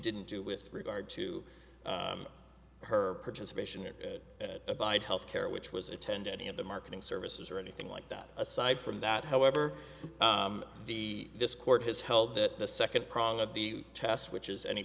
didn't do with regard to her participation in abide health care which was attend any of the marketing services or anything like that aside from that however the this court has held that the second prong of the test which is any